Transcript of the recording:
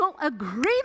agreement